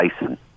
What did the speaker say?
Bison